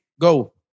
Go